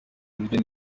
ibiryo